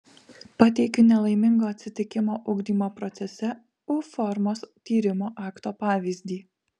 pateikiu nelaimingo atsitikimo ugdymo procese u formos tyrimo akto pavyzdį